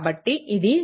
కాబట్టి ఇది 0